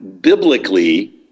biblically